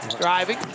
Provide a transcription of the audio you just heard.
Driving